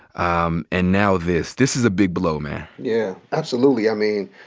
um and now this. this is a big blow, man. yeah, absolutely. i mean,